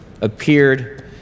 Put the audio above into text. appeared